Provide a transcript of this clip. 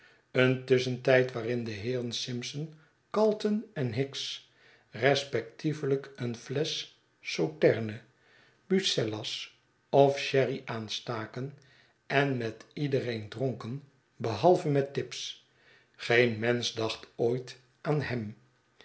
een tusschentijd waarin de heeren simpson calton en hicks respeotievelijk een flesch sauterne bucellas of sherry aanstaken en met iedereen dronken behalve met tibbs geen mensch dacht ooit aan hem